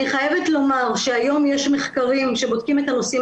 אני חייבת לומר שהיום יש מחקרים שבודקים את הנושאים